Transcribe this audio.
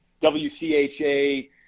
WCHA